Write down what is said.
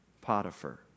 Potiphar